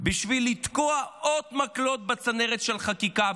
בשביל לתקוע עוד מקלות בצנרת של החקיקה.